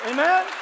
Amen